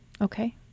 okay